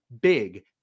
big